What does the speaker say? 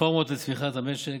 רפורמות לצמיחת המשק.